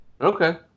Okay